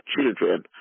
children